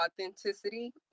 authenticity